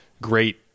great